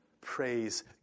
Praise